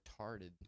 retarded